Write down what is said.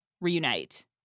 reunite